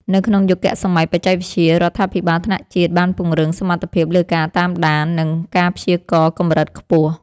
នៅក្នុងយុគសម័យបច្ចេកវិទ្យា រដ្ឋាភិបាលថ្នាក់ជាតិបានពង្រឹងសមត្ថភាពលើការតាមដាន និងការព្យាករណ៍កម្រិតខ្ពស់។